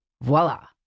Voila